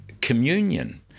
communion